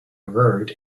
road